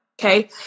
Okay